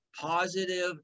positive